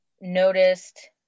noticed